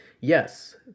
yes